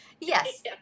Yes